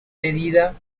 medida